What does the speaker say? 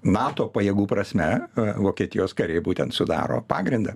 nato pajėgų prasme vokietijos kariai būtent sudaro pagrindą